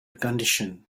condition